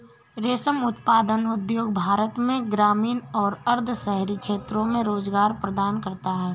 रेशम उत्पादन उद्योग भारत में ग्रामीण और अर्ध शहरी क्षेत्रों में रोजगार प्रदान करता है